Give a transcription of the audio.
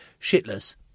shitless